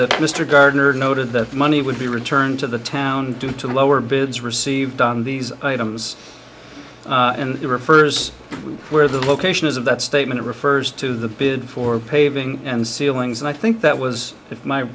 that mr gardner noted that the money would be returned to the town due to the lower bids received on these items and he refers where the location is of that statement refers to the bid for paving and ceilings and i think that was if my